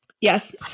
yes